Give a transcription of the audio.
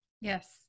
Yes